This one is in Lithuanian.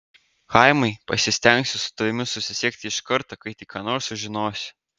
chaimai pasistengsiu su tavimi susisiekti iš karto kai tik ką nors sužinosiu